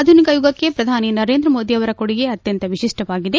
ಆಧುನಿಕ ಯುಗಕ್ಕೆ ಪ್ರಧಾನಿ ನರೇಂದ್ರ ಮೋದಿಯವರ ಕೊಡುಗೆ ಅತ್ಯಂತ ವಿಶಿಷ್ಟವಾಗಿದೆ